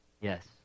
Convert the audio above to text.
yes